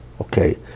Okay